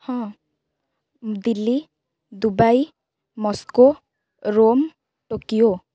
ହଁ Delhi Dubai Moscow Rome Tokyo